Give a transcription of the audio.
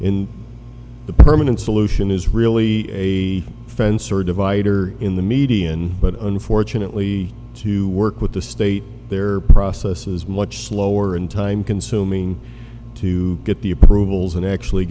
in the permanent solution is really a fence or divider in the median but unfortunately to work with the state their process is much slower and time consuming to get the approvals and actually